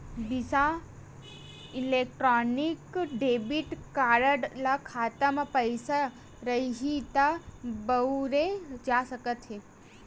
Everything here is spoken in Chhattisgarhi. बिसा इलेक्टानिक डेबिट कारड ल खाता म पइसा रइही त बउरे जा सकत हे